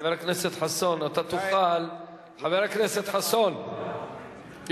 חבר הכנסת חסון,